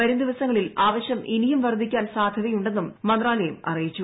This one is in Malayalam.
വരും ദിവസങ്ങളിൽ ആവശൃം ഇനിയും വർദ്ധിക്കാൻ സാധ്യതയുണ്ടെന്നും മന്ത്രാലയം അറിയിച്ചു